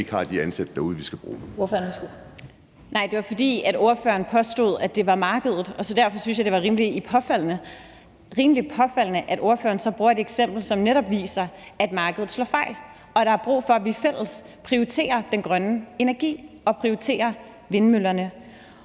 Victoria Velasquez (EL): Nej, det var, fordi ordføreren påstod, at det var markedet, og derfor synes jeg, det var rimelig påfaldende, at ordføreren så bruger et eksempel, som netop viser, at markedet slår fejl, og at der er brug for, at vi fælles prioriterer den grønne energi og prioriterer vindmøllerne.